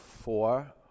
four